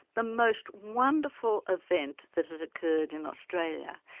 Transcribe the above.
the most wonderful event that had occurred in australia.